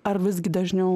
ar visgi dažniau